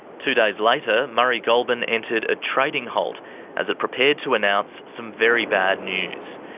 two days later, murray goulburn entered a trading halt as it prepared to announce some very bad news.